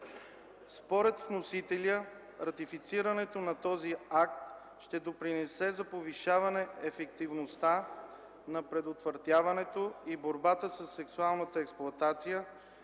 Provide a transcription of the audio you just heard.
Според вносителя ратифицирането на този акт ще допринесе за повишаване ефективността на предотвратяването и борбата със сексуалната експлоатация